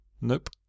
Nope